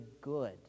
good